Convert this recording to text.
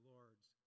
Lord's